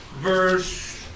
verse